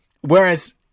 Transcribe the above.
whereas